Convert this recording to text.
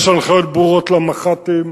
יש הנחיות ברורות למח"טים,